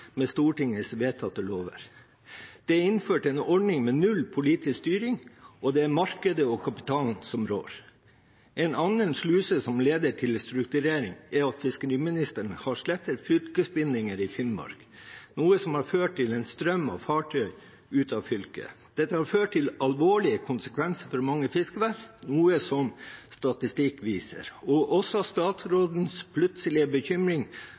med Stortingets vedtatte lover. Det er innført en ordning med null politisk styring, og det er markedet og kapitalen som rår. En annen sluse som leder til strukturering, er at fiskeriministeren har slettet fylkesbindinger i Finnmark, noe som har ført til en strøm av fartøyer ut av fylket. Dette har ført til alvorlige konsekvenser for mange fiskevær, noe som statistikken viser – og også statsrådens plutselige bekymring